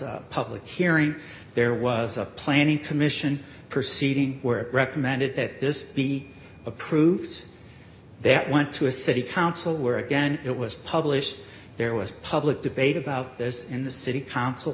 hearing there was a planning commission perceiving were recommended that this be approved there it went to a city council where again it was published there was public debate about this in the city council